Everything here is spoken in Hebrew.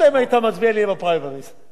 הזכויות שלך שמורות, אין מה להגיד.